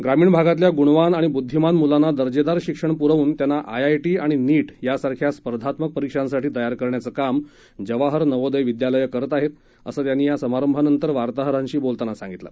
ग्रामीण भागातल्या गुणवान आणि बुद्धिमान मुलांना दर्जेदार शिक्षण पुरवून त्यांना आय आय टी आणि नीट सारख्या स्पर्धात्मक परिक्षांसाठी तयार करण्याचं काम जवाहर नवोदय विद्यालयं करत आहेत असं त्यांनी या समारंभानंतर वार्ताहरांशी बोलताना सांगितलं